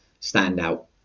standout